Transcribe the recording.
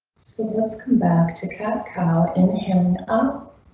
let's come back to cat cow and hang up.